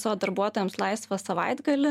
savo darbuotojams laisvą savaitgalį